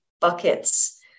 buckets